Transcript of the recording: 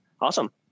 awesome